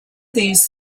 these